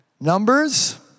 Numbers